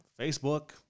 facebook